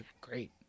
great